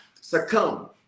succumb